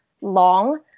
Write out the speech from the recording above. long